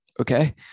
okay